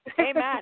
Amen